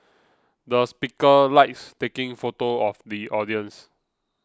the speaker likes taking photos of the audience